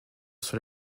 sur